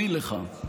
ברשותך, אקריא לך,